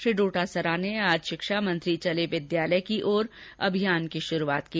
श्री डोटासरा ने आज शिक्षा मंत्री चले विद्यालय की ओर अभियान की शुरूआत की